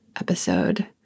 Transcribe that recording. Episode